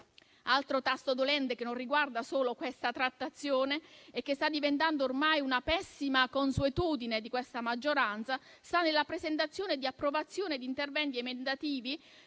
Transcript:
Altro tasto dolente, che non riguarda solo questa trattazione e che sta diventando ormai una pessima consuetudine di questa maggioranza, sta nella presentazione ed approvazione di interventi emendativi